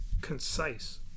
concise